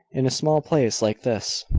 in a small place like this,